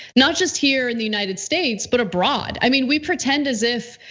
not just here in the united states, but abroad. i mean, we pretend as if,